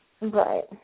Right